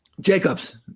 Jacobs